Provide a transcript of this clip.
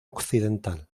occidental